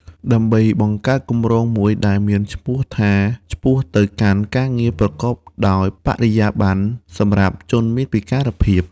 ដើម្បីបង្កើតគម្រោងមួយដែលមានឈ្មោះថា "ឆ្ពោះទៅកាន់ការងារប្រកបដោយបរិយាប័ន្នសម្រាប់ជនមានពិការភាព"។